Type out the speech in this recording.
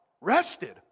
rested